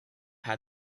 had